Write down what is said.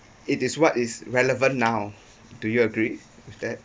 it is what is relevant now do you agree with that